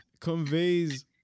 conveys